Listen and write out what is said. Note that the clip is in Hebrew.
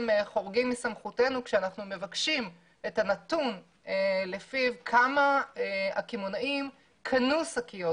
מסמכותנו כשאנחנו מבקשים את הנתון כמה הקמעונאים קנו שקיות.